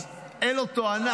אז אין לו תואנה.